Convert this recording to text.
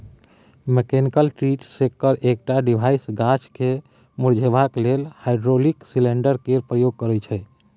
mechanical tree shaker एकटा device गाछ केँ मुरझेबाक लेल हाइड्रोलिक सिलेंडर केर प्रयोग करय छै